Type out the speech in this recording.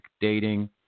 dating